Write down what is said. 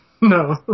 No